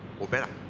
or better.